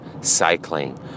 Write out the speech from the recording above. cycling